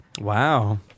Wow